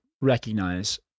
recognize